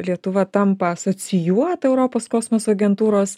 lietuva tampa asocijuota europos kosmoso agentūros